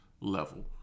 level